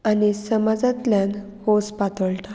आनी समाजांतल्यान खोस पातळटा